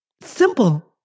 Simple